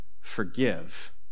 forgive